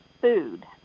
food